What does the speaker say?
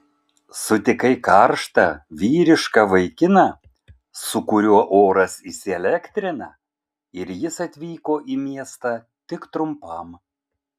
sutikai karštą vyrišką vaikiną su kuriuo oras įsielektrina ir jis atvyko į miestą tik trumpam